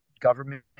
Government